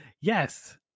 Yes